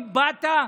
אם באת,